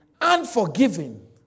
Unforgiving